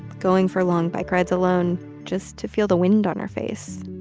going for long bike rides alone just to feel the wind on her face,